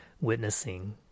witnessing